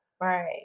right